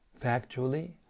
Factually